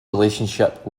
relationship